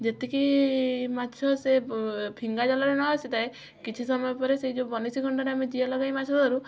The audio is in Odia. ଯେତିକି ମାଛ ସେ ଫିଙ୍ଗା ଜାଲରେ ନ ଆସିଥାଏ କିଛି ସମୟ ପରେ ସେ ଯେଉଁ ବନିଶୀ କଣ୍ଟାରେ ଆମେ ଜିଆ ଲଗାଇ ମାଛ ଧରୁ